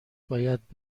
باید